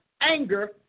anger